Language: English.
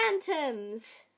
phantoms